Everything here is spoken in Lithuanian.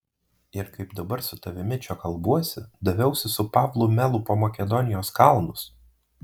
ir kaip dabar su tavimi čia kalbuosi daviausi su pavlu melu po makedonijos kalnus